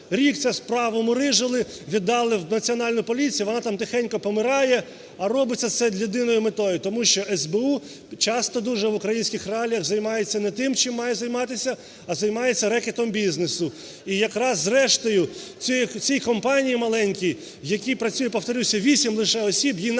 Рік цю справу мурижили, віддали в Національну поліцію, вона там тихенько помирає. А робиться це з єдиною метою, тому що СБУ часто дуже в українських реаліях займається не тим, чим має займатися, а займається рекетом бізнесу. І якраз зрештою цій компанії маленькій, в якій працює, повторюся, вісім лише осіб, їй навіть не повернули